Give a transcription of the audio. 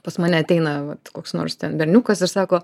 pas mane ateina va koks nors berniukas ir sako